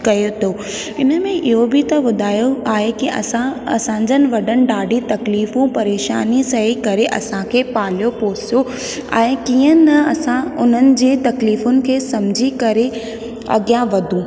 करे थो इन में त इहो बि त ॿुधायो आहे कि असां असांजनि वॾनि ॾाढी तकलीफ़ू परेशानी सही करे असांखे पालियो पोसियो आहे कीअं न असां उन्हनि जे तकलीफ़ुनि खे सम्झी करे अॻियां वधू